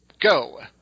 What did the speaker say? go